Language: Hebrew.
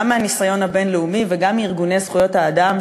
גם מהניסיון הבין-לאומי וגם מארגוני זכויות האדם,